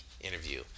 interview